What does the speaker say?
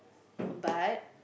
but